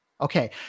Okay